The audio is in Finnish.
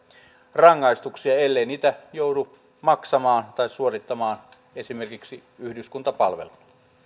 rangaistuksia ellei niitä joudu maksamaan tai suorittamaan esimerkiksi yhdyskuntapalveluna